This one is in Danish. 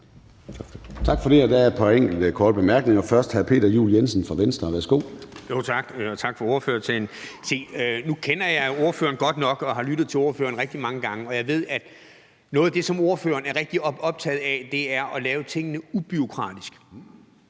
Tak for det. Der er et par korte bemærkninger, først fra hr. Peter Juel-Jensen, Venstre. Værsgo. Kl. 10:25 Peter Juel-Jensen (V): Tak, og tak for ordførertalen. Nu kender jeg ordføreren godt nok og har lyttet til ordføreren rigtig mange gange, og jeg ved, at noget af det, som ordføreren er rigtig optaget af, er at gøre tingene ubureaukratisk.